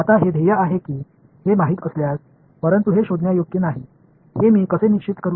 आता हे ध्येय आहे हे माहित असल्यास परंतु हे शोधण्यायोग्य नाही हे मी कसे निश्चित करू